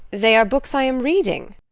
they are books i am reading.